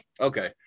okay